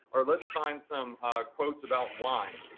or let's find some quotes about wine.